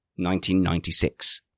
1996